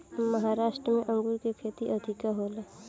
महाराष्ट्र में अंगूर के खेती अधिका होला